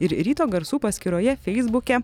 ir ryto garsų paskyroje feisbuke